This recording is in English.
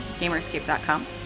Gamerscape.com